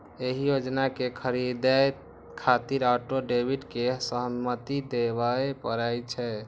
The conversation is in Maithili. एहि योजना कें खरीदै खातिर ऑटो डेबिट के सहमति देबय पड़ै छै